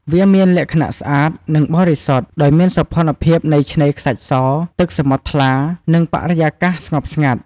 វាមានលក្ខណៈស្អាត និងបរិសុទ្ធ ដោយមានសោភ័ណភាពនៃឆ្នេរខ្សាច់ស ទឹកសមុទ្រថ្លា និងបរិយាកាសស្ងប់ស្ងាត់។